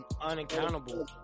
unaccountable